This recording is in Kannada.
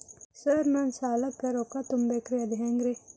ಸರ್ ನನ್ನ ಸಾಲಕ್ಕ ರೊಕ್ಕ ತುಂಬೇಕ್ರಿ ಅದು ಹೆಂಗ್ರಿ?